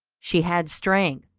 she had strength,